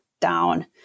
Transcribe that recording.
down